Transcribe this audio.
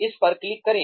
इस पर क्लिक करें